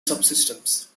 subsystems